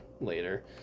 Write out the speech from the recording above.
later